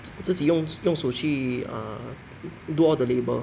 自己用用手去 err do all the labour